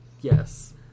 Yes